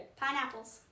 Pineapples